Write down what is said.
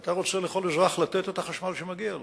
אתה רוצה לתת לכל אזרח את החשמל שמגיע לו.